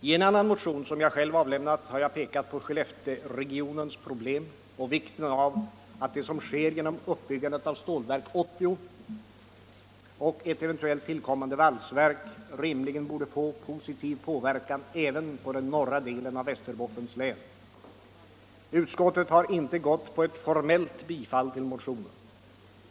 I en annan motion som jag själv avlämnat har jag pekat på Skellefteregionens problem och vikten av att uppbyggandet av Stålverk 80 och ett eventuellt tillkommande valsverk får en positiv påverkan även på den norra delen av Västerbottens län. Utskottet har inte formellt yrkat bifall till motionen.